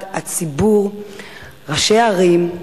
עומדים למשפט הציבור ראשי ערים,